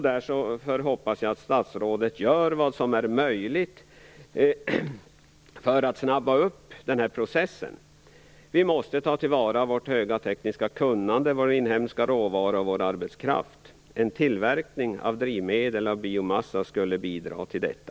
Därför hoppas jag att statsrådet gör vad som är möjligt för att snabba på processen. Vi måste ta vara på vårt höga tekniska kunnande, våra inhemska råvaror och vår arbetskraft. En tillverkning av drivmedel från biomassa skulle bidra till detta.